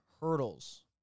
Hurdles